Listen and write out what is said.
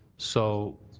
so,